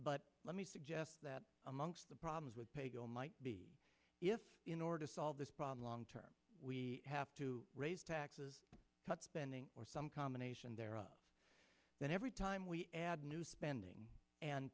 but let me suggest that amongst the problems with pay go might be if in order to solve this problem long term we have to raise taxes cut spending or some combination thereof but every time we add new spending and